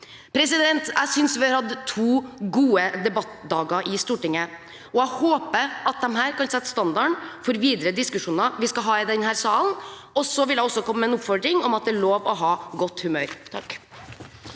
framover. Jeg synes at vi har hatt to gode debattdager i Stortinget. Jeg håper at disse kan sette standarden for videre diskusjoner vi skal ha i denne salen. Jeg vil også komme med en oppfordring om at det er lov å ha godt humør. Jan